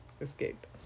escape